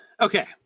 Okay